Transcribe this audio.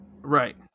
Right